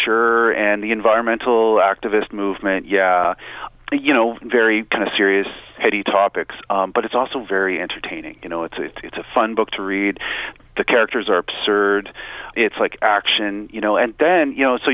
sure and the environmental activist movement yeah you know very kind of serious heavy topics but it's also very entertaining you know it's a fun book to read the characters are served it's like action you know and then you know so